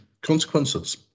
consequences